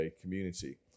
community